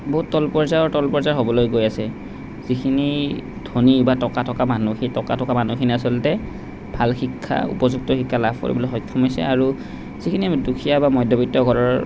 বহুত তল পৰ্য্যায়ৰ তল পৰ্য্যায়ৰ হ'বলৈ গৈ আছে যিখিনি ধনী বা টকা থকা মানুহ সেই টকা থকা মানুহখিনি আচলতে ভাল শিক্ষা উপযুক্ত শিক্ষা লাভ কৰিবলৈ সক্ষম হৈছে আৰু যিখিনি আমি দুখীয়া বা মধ্যবিত্ত ঘৰৰ